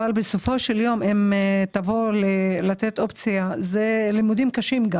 אבל בסופו של יום מדובר בלימודים קשים.